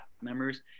members